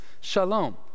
shalom